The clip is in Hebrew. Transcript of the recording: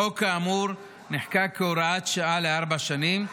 החוק כאמור נחקק כהוראת שעה לארבע שנים,